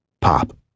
Pop